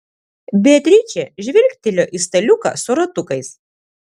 beatričė žvilgtelėjo į staliuką su ratukais